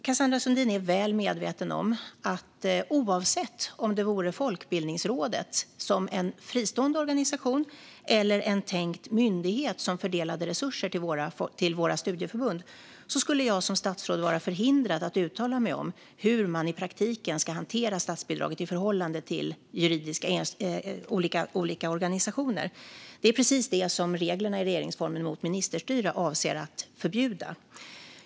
Cassandra Sundin är väl medveten om att oavsett om det vore Folkbildningsrådet som fristående organisation eller en tänkt myndighet som fördelade resurser till våra studieförbund skulle jag som statsråd vara förhindrad att uttala mig om hur man i praktiken ska hantera statsbidraget i förhållande till olika organisationer. Det är precis det som reglerna mot ministerstyre i regeringsformen avser att förbjuda.